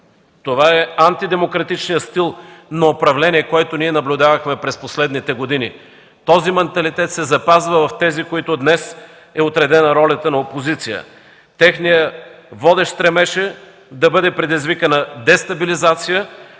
Това е антидемократичният стил на управление, който ние наблюдавахме през последните години. Този манталитет се запазва в онези, на които днес е отредена ролята на опозиция. Техният водещ стремеж е да бъде предизвикана дестабилизация,